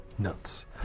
Nuts